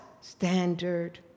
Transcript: standard